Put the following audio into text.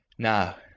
now,